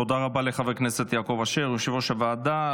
תודה רבה לחבר הכנסת יעקב אשר, יושב-ראש הוועדה.